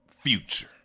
future